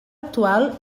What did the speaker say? actual